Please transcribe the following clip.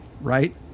Right